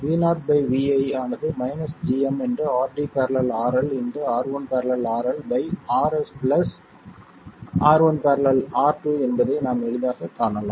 Vo vi ஆனது gm RD ║RL R1 ║R2 Rs R1 ║ R2 என்பதை நாம் எளிதாகக் காணலாம்